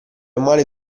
male